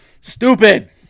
Stupid